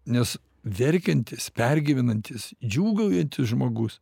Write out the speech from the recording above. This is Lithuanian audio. nes verkiantis pergyvenantis džiūgaujantis žmogus